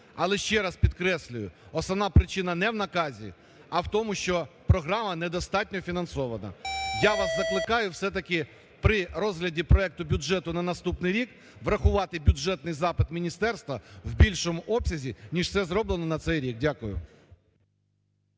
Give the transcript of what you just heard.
Але ще раз підкреслюю, основна причина не в наказі, а в тому, що програма не достатньо фінансована. Я вас закликаю все-таки при розгляді проекту бюджету на наступний рік, врахувати бюджетний запит міністерства в більшому обсязі ніж це зроблено на цей рік. Дякую.